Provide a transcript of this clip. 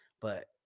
but-